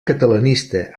catalanista